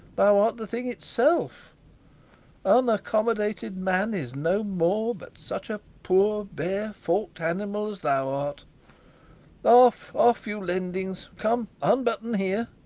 thou art the thing itself unaccommodated man is no more but such a poor, bare, forked animal as thou art off, off, you lendings come, unbutton here.